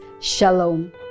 Shalom